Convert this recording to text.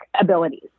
abilities